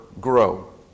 grow